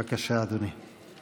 בבקשה, אדוני.